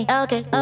okay